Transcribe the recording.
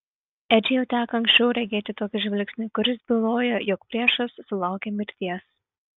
edžiui jau teko anksčiau regėti tokį žvilgsnį kuris bylojo jog priešas sulaukė mirties